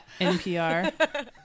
NPR